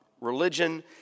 religion